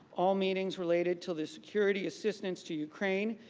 all meetings related to the security assistance to ukraine,